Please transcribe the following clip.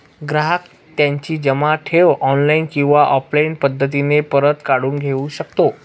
ग्राहक त्याची जमा ठेव ऑनलाईन किंवा ऑफलाईन पद्धतीने परत काढून घेऊ शकतो